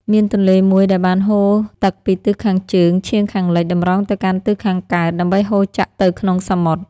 មានទន្លេមួយដែលបានហូរទឹកពីទិសខាងជើង ឆៀងខាងលិច តម្រង់ទៅកាន់ទិសខាងកើត ដើម្បីហូរចាក់ទៅក្នុងសមុទ្រ ។